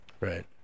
Right